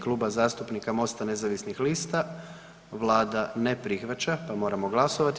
Kluba zastupnika MOST-a nezavisnih lista vlada ne prihvaća, pa moramo glasovati.